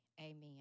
Amen